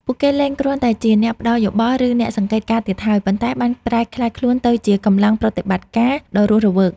ពួកគេលែងគ្រាន់តែជាអ្នកផ្ដល់យោបល់ ឬអ្នកសង្កេតការណ៍ទៀតហើយ ប៉ុន្តែបានប្រែក្លាយខ្លួនទៅជាកម្លាំងប្រតិបត្តិការដ៏រស់រវើក។